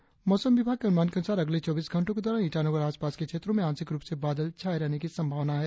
और अब मौसम मौसम विभाग के अनुमान के अनुसार अगले चौबीस घंटो के दौरान ईटानगर और आसपास के क्षेत्रो में आंशिक रुप से बादल छाये रहने की संभावना है